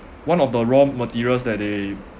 one of the raw materials that they